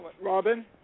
Robin